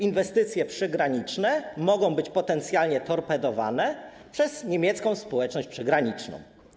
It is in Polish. Inwestycje przygraniczne mogą być potencjalnie torpedowane przez niemiecką społeczność przygraniczną.